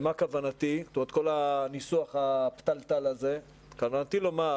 כל הניסוח הפתלתל הזה, בכוונתי לומר